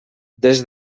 des